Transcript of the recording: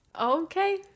Okay